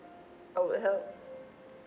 I will help